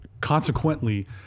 consequently